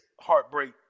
heartbreak